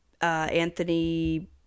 Anthony